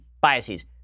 biases